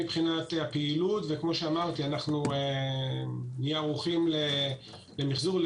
כמו שאמרתי אנחנו ערוכים למיחזור.